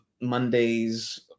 Monday's